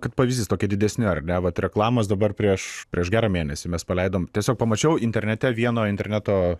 kaip pavyzdys tokie didesni ar ne vat reklamos dabar prieš prieš gerą mėnesį mes paleidom tiesiog pamačiau internete vieno interneto